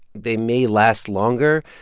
they may last longer.